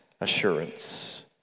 assurance